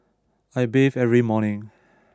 I bathe every morning